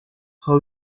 how